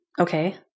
okay